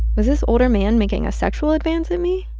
was this older man making a sexual advance at me?